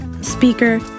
speaker